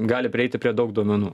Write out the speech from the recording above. gali prieiti prie daug duomenų